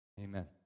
amen